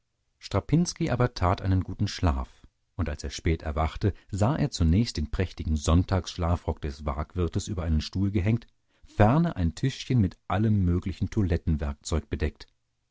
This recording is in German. strapinski aber tat einen guten schlaf und als er spät erwachte sah er zunächst den prächtigen sonntagsschlafrock des waagwirtes über einen stuhl gehängt ferner ein tischchen mit allem möglichen toilettenwerkzeug bedeckt